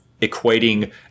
equating